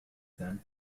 then